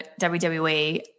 WWE